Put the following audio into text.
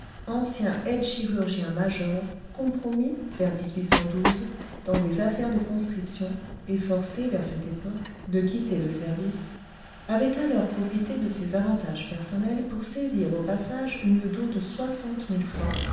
ancien aidechirurgien major compromis vers dans des affaires de conscription et forcé vers cette époque de quitter le service avait alors profité de ses avantages personnels pour saisir au passage une dot de soixante mille francs